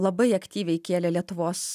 labai aktyviai kėlė lietuvos